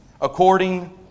according